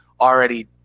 already